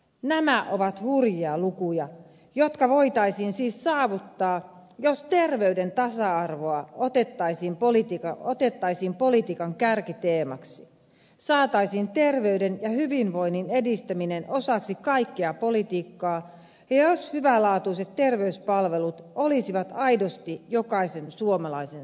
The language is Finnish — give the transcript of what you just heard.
nämä ovat hurjia lukuja jotka voitaisiin siis saavuttaa jos terveyden tasa arvo otettaisiin politiikan kärkiteemaksi jos saataisiin terveyden ja hyvinvoinnin edistäminen osaksi kaikkea politiikkaa ja jos hyvälaatuiset terveyspalvelut olisivat aidosti jokaisen suomalaisen saatavilla